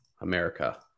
America